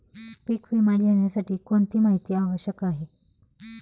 पीक विमा घेण्यासाठी कोणती माहिती आवश्यक आहे?